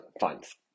funds